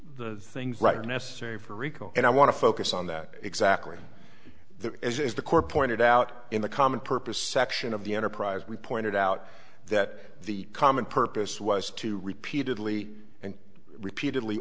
the things right are necessary for rico and i want to focus on that exactly that is the core pointed out in the common purpose section of the enterprise we pointed out that the common purpose was to repeatedly and repeatedly